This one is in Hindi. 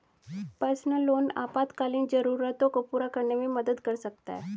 पर्सनल लोन आपातकालीन जरूरतों को पूरा करने में मदद कर सकता है